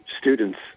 students